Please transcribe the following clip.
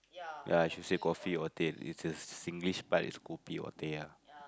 ya I should say coffee or teh because Singlish part is kopi or teh ah